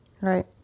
Right